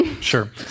Sure